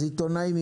אז עיתונאים,